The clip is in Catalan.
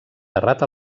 terrat